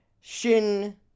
Shin